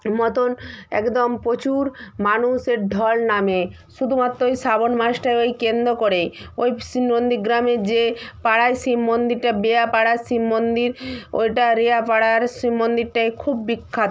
মতন একদম প্রচুর মানুষের ঢল নামে শুধুমাত্র ওই শ্রাবণ মাসটায় ওই কেন্দ্র করেই ওই শিব নন্দীগ্রামে যে পাড়ায় শিব মন্দিরটা বেয়া পাড়ার শিব মন্দির ওটা রেয়া পাড়ার শিব মন্দিরটাই খুব বিখ্যাত